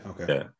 okay